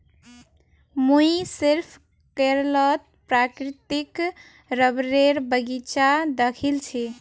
मुई सिर्फ केरलत प्राकृतिक रबरेर बगीचा दखिल छि